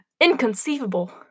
inconceivable